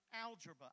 algebra